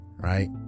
right